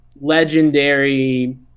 legendary